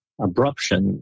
abruption